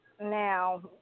now